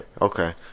Okay